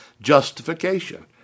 justification